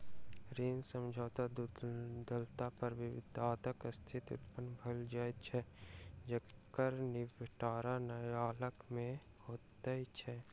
ऋण समझौता टुटला पर विवादक स्थिति उत्पन्न भ जाइत छै जकर निबटारा न्यायालय मे होइत छै